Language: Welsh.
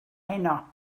heno